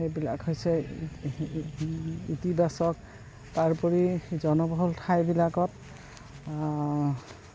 সেইবিলাক হৈছে ইতিবাচক তাৰোপৰি জনবহুল ঠাইবিলাকত